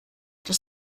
dass